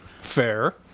Fair